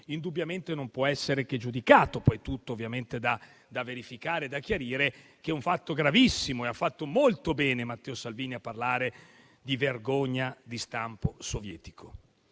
indubbiamente non può essere che giudicato - poi tutto è da verificare e chiarire - come un fatto gravissimo. Ha fatto molto bene Matteo Salvini a parlare di vergogna di stampo sovietico.